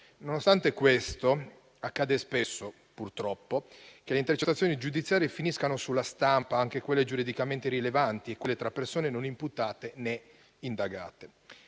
Nonostante questo, accade spesso purtroppo che le intercettazioni giudiziarie finiscano sulla stampa, anche quelle giuridicamente rilevanti, anche quelle fra persone non imputate né indagate.